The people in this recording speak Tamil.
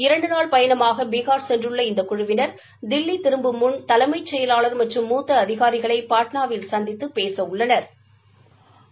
இரன்டு நாள் பயணமாக பீனா் சென்றுள்ள இந்த குழுவினா் தில்லி திரும்பும் முன் தலைமைச் செயலாளா் மற்றும் மூத்த அதிகாரிகளை பாட்னாவில் சந்தித்து பேசவுள்ளனா்